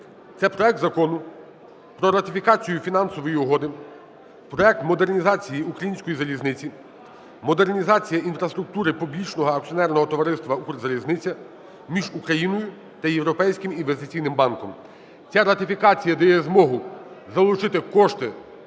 - проект Закону про ратифікацію Фінансової угоди (Проект модернізації української залізниці (Модернізація інфраструктури Публічного акціонерного товариства "Укрзалізниця") між Україною та Європейським інвестиційним банком. Ця ратифікація дає змогу залучити кошти